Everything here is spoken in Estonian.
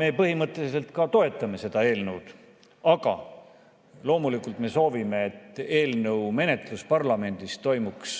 Me põhimõtteliselt ka toetame seda eelnõu, aga loomulikult me soovime, et eelnõu menetlus parlamendis toimuks